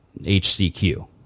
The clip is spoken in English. HCQ